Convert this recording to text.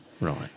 Right